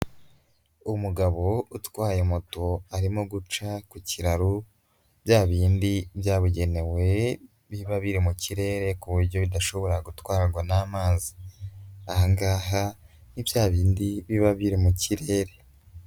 Umugabo utwaye moto arimo guca ku kiraro bya bindi byabugenewe biba biri mu kirere ku buryo bidashobora gutwarwa n'amazi. Aha ngaha ni bya bindi biba biri mu kirere.